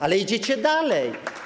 Ale idziecie dalej.